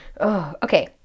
Okay